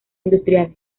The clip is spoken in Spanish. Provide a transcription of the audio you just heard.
industrial